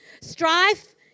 Strife